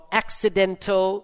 accidental